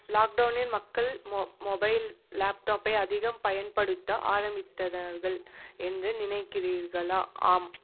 லாக்டவுனில் மக்கள் மொபைல் லேப்டாப்பை அதிகம் பயன்படுத்த ஆரமித்தனர்கள் என்று நினைக்கிறீர்களா ஆம்